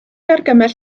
argymell